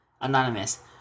Anonymous